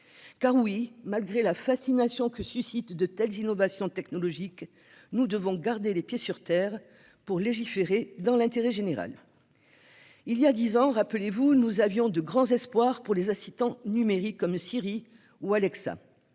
cet outil. Malgré la fascination que suscitent de telles innovations technologiques, nous devons garder les pieds sur terre et légiférer dans l'intérêt général. Il y a dix ans, nous nourrissions de grands espoirs vis-à-vis des assistants numériques comme Siri ou Alexa